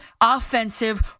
offensive